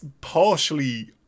partially